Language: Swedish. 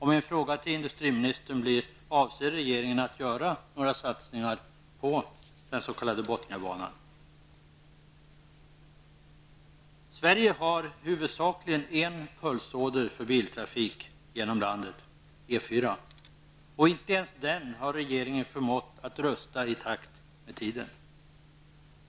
Min fråga till industriministern blir: Avser regeringen att göra några satsningar på den s.k. Sverige har huvudsakligen en pulsåder för biltrafik genom landet, E 4-an. Men inte ens den har regeringen förmått att rusta i takt med tidens krav.